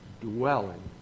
dwelling